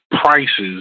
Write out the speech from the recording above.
prices